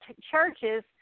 churches